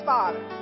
Father